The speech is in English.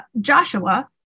Joshua